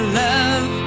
love